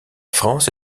france